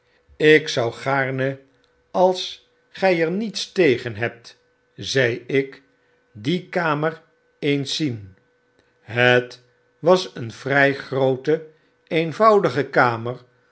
ik zou gaarne als gij er niets tegenhebt zei ik die kamer eens zien het was een vrij groote eenvoudige kamer